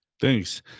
Thanks